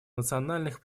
национальных